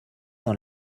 dans